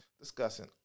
discussing